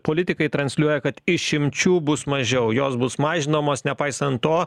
politikai transliuoja kad išimčių bus mažiau jos bus mažinamos nepaisant to